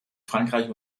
frankreich